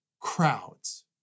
crowds